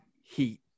heat